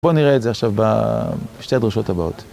בואו נראה את זה עכשיו בשתי הדרשות הבאות.